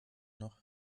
noch